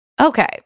Okay